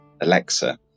Alexa